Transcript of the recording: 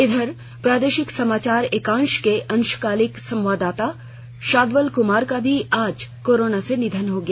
इधर प्रादेशिक समाचार एकांश के अंशकालिक संवाददाता शाद्वल कमार का भी आज कोरोना से निधन हो गया